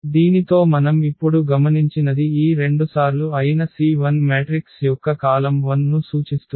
దీనితో మనం ఇప్పుడు గమనించినది ఈ రెండుసార్లు అయిన C1 మ్యాట్రిక్స్ యొక్క కాలమ్ 1 ను సూచిస్తుంది